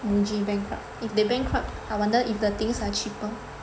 Muji bankrupt if they bankrupt I wonder if the things are cheaper